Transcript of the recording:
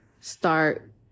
start